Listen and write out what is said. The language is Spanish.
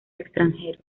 extranjero